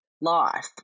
life